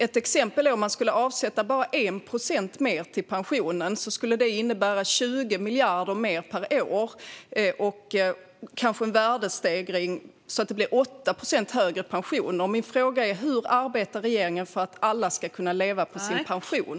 Ett exempel är att om man skulle avsätta bara 1 procent mer till pensionen skulle det innebära 20 miljarder mer per år och kanske en värdestegring så att det blir 8 procent högre pension. Min fråga är: Hur arbetar regeringen för att alla ska kunna leva på sin pension?